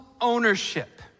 ownership